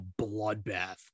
bloodbath